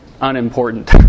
unimportant